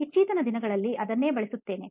ಇತ್ತೀಚಿನ ದಿನಗಳಲ್ಲಿ ಅದನ್ನೇ ಬಳಸುತ್ತೇನೆ